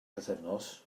pythefnos